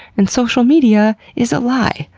and social media is a lie.